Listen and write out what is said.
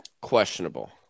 Questionable